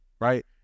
right